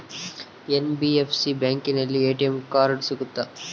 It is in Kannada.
ಎನ್.ಬಿ.ಎಫ್.ಸಿ ಬ್ಯಾಂಕಿನಲ್ಲಿ ಎ.ಟಿ.ಎಂ ಕಾರ್ಡ್ ಸಿಗುತ್ತಾ?